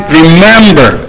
remember